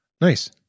Nice